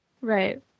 Right